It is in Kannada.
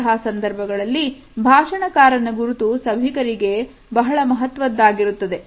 ಇಂತಹ ಸಂದರ್ಭಗಳಲ್ಲಿ ಭಾಷಣಕಾರನ ಗುರುತು ಸಭಿಕರಿಗೆ ಬಹಳ ಮಹತ್ವದ್ದಾಗಿರುತ್ತದೆ